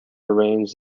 arranged